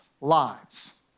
lives